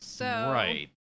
Right